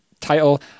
Title